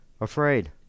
Afraid